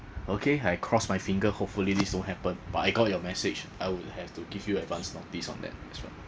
okay I cross my fingers hopefully this won't happen but I got your message I would have to give you advance notice on that that's right